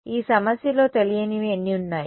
కాబట్టి ఈ సమస్యలో తెలియనివి ఎన్ని ఉన్నాయి